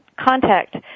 contact